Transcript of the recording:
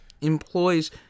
employs